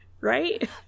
right